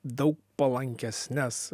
daug palankesnes